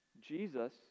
Jesus